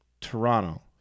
Toronto